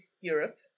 Europe